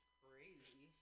crazy